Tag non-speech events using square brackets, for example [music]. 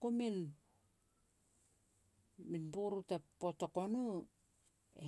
kumin, [unintelligible] min boro te potok o no, e